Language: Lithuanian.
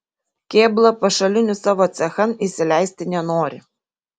kėbla pašalinių savo cechan įsileisti nenori